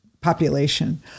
population